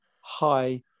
high